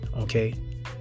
Okay